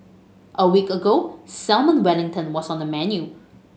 a week ago Salmon Wellington was on the menu